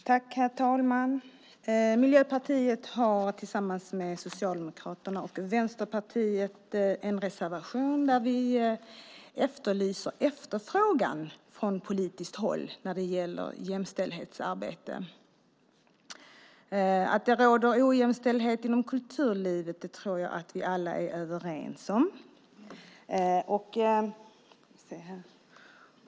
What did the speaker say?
Herr talman! Miljöpartiet har tillsammans med Socialdemokraterna och Vänsterpartiet en reservation där vi efterlyser efterfrågan från politiskt håll när det gäller jämställdhetsarbete. Att det råder ojämställdhet inom kulturlivet tror jag att vi alla är överens om.